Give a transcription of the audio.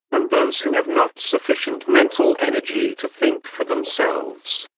and those who have not sufficient mental energy to think for themselves,